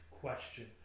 question